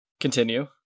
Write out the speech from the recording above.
continue